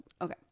okay